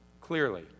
clearly